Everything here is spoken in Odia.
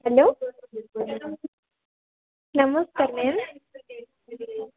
ହ୍ୟାଲୋ ନମସ୍କାର ମ୍ୟାମ୍